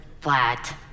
flat